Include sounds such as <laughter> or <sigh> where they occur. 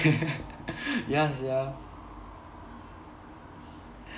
<laughs> ya sia